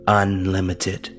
unlimited